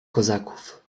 kozaków